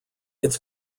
its